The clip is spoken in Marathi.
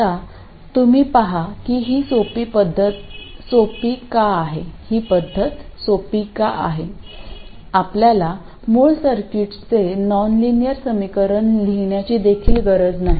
आता तुम्ही पहा की ही पद्धत सोपी का आहे आपल्याला मूळ सर्किट्सचे नॉनलिनियर समीकरण लिहिण्याची देखील गरज नाही